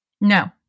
No